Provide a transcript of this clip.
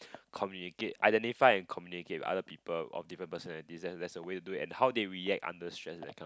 communicate identify and communicate with other people of different personality and there's a way to do it and how they react under stress that kind of t~